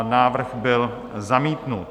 Návrh byl zamítnut.